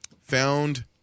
found